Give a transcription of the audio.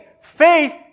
Faith